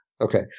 Okay